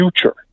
future